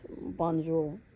bonjour